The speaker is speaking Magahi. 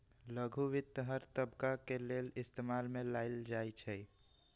लघु वित्त हर तबका के लेल इस्तेमाल में लाएल जाई छई